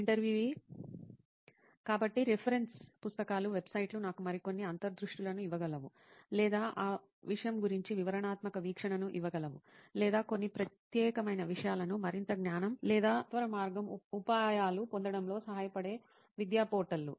ఇంటర్వ్యూఈ కాబట్టి రిఫరెన్స్ పుస్తకాలు వెబ్సైట్లు నాకు మరికొన్ని అంతర్దృష్టులను ఇవ్వగలవు లేదా ఆ విషయం గురించి వివరణాత్మక వీక్షణను ఇవ్వగలవు లేదా కొన్ని ప్రత్యేకమైన విషయాలను మరింత జ్ఞానం లేదా సత్వరమార్గం ఉపాయాలు పొందడంలో సహాయపడే విద్యా పోర్టల్లు